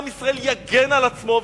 עם ישראל יגן על עצמו,